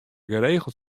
geregeld